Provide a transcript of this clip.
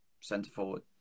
centre-forward